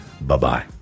Bye-bye